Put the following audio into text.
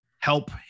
help